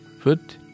foot